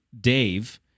Dave